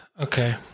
Okay